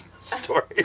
story